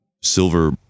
silver